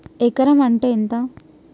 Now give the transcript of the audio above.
ఎకరం అంటే ఎంత?